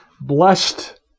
blessed